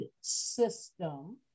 system